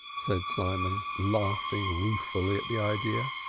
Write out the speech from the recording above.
said simon, laughing ruefully at the idea.